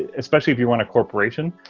especially if you run a corporation,